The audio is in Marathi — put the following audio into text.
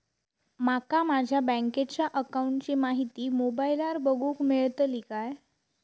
माका माझ्या बँकेच्या अकाऊंटची माहिती मोबाईलार बगुक मेळतली काय?